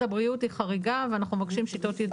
הבריאות חריגה ואנחנו מבקשים שיטות ייצור.